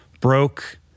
broke